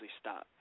stop